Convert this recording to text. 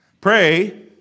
Pray